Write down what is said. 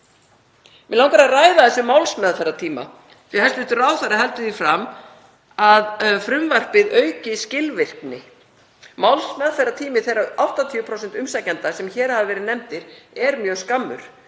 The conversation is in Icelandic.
Mig langar að ræða þennan málsmeðferðartíma því að hæstv. ráðherra heldur því fram að frumvarpið auki skilvirkni. Málsmeðferðartími þeirra 80% umsækjenda sem hér hafa verið nefndir er mjög skammur.